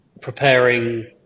preparing